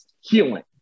healing